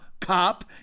cop